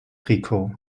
rico